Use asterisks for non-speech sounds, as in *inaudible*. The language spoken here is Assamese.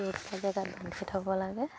*unintelligible* থ'ব লাগে